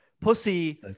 pussy